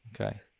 Okay